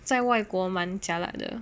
在外国满 jialat 的